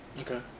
Okay